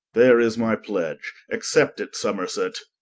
there is my pledge, accept it somerset